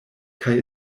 kaj